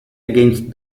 against